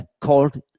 called